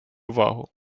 увагу